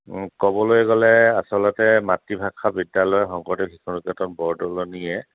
ক'বলৈ গ'লে আচলতে মাতৃভাষা বিদ্যালয় শংকৰদেৱ শিশুনিকেতন বৰদলনীয়ে